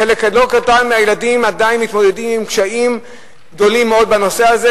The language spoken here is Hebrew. חלק לא קטן מהילדים עדיין מתמודדים עם קשיים גדולים מאוד בנושא הזה,